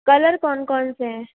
colour कौन कौन से हैं